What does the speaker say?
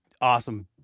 awesome